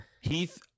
Heath